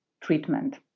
treatment